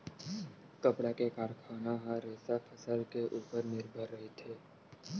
कपड़ा के कारखाना ह रेसा फसल के उपर निरभर रहिथे